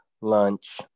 lunch